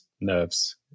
nerves